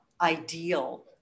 ideal